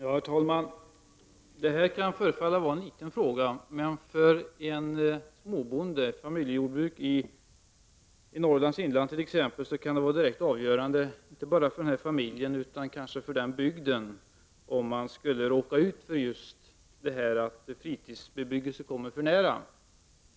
Herr talman! Detta kan förefalla vara en liten fråga. Men för ett mindre jordbruk, ett familjejordbruk i Norrlands inland t.ex., kan det vara direkt avgörande inte bara för familjen utan kanske också för bygden, om man skulle råka ut för att fritidsbebyggelse kommer för nära.